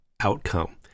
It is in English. outcome